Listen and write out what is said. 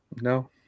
No